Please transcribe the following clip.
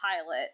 pilot